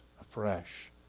afresh